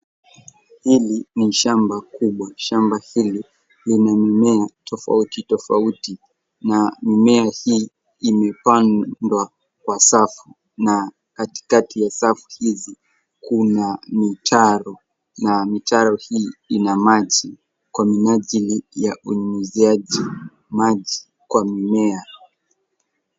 Hili ni shamba kubwa. Shamba hili lina mimea tofauti tofauti na mimea hii imepandwa kwa safu na katikati ya safu hizi, kuna mitaro. Na mitaro hii ina maji kwa minajili ya unyunyuziji maji kwa mimea.